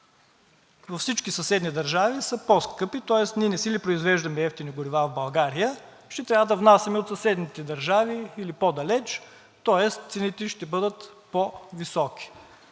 във всички съседни държави са по-скъпи, тоест ние не си ли произвеждаме евтини горива в България, ще трябва да внасяме от съседните държави или по-далеч, тоест цените ще бъдат по-високи.